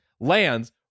lands